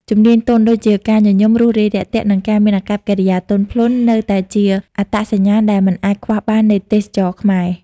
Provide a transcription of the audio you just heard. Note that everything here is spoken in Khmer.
ជំនាញទន់ ដូចជាការញញឹម រួសរាយរាក់ទាក់ និងការមានអាកប្បកិរិយាទន់ភ្លន់ នៅតែជាអត្តសញ្ញាណដែលមិនអាចខ្វះបាននៃទេសចរណ៍ខ្មែរ។